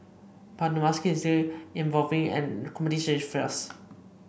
but the market is still evolving and competition is fierce